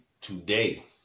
today